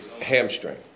hamstring